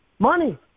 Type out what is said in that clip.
Money